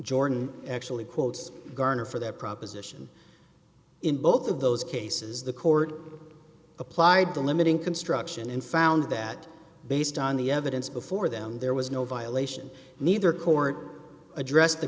jordan actually quotes garner for that proposition in both of those cases the court applied the limiting construction and found that based on the evidence before them there was no violation neither court addressed the